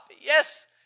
yes